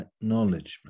acknowledgement